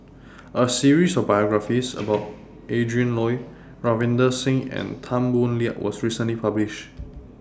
A series of biographies about Adrin Loi Ravinder Singh and Tan Boo Liat was recently published